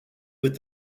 with